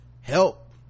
help